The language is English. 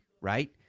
right